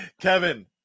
Kevin